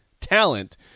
talent